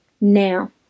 now